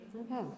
Okay